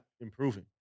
improving